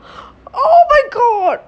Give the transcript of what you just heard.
oh my god